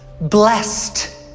blessed